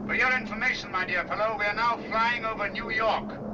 but your information, my dear fellow, we are now flying over new york.